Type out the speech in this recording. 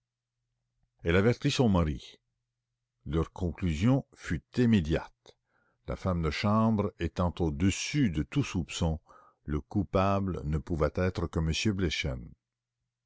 elle avertit son mari leur conclusion fut immédiate la femme de chambre étant au-dessus de tout soupçon le coupable ne pouvait être que